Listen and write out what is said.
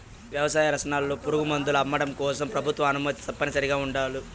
వ్యవసాయ రసాయనాలు, పురుగుమందులు అమ్మడం కోసం ప్రభుత్వ అనుమతి తప్పనిసరిగా ఉండల్ల